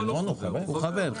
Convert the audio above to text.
הוא חבר.